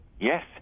Yes